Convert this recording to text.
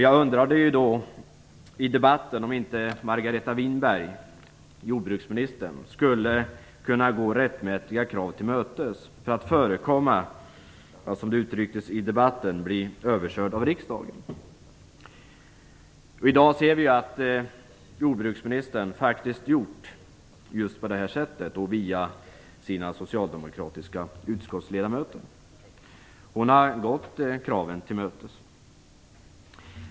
Jag undrade då i debatten om inte jordbruksminister Margareta Winberg skulle kunna gå dessa rättmätiga krav till mötes för att förekomma i stället för att - som det uttrycktes i debatten - bli överkörd av riksdagen. I dag kan vi se att jordbruksministern har gjort just på det här sättet via sina socialdemokratiska utskottsledamöter. Hon har gått kraven till mötes.